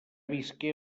visqué